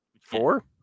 Four